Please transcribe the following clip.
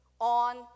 on